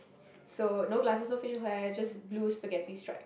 so no glasses no facial hair just blue spaghetti stripe